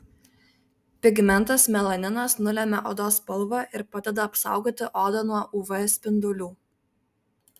pigmentas melaninas nulemia odos spalvą ir padeda apsaugoti odą nuo uv spindulių